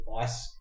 ice